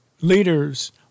leaders